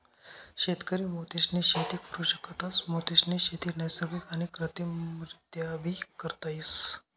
शेतकरी मोतीसनी शेती करु शकतस, मोतीसनी शेती नैसर्गिक आणि कृत्रिमरीत्याबी करता येस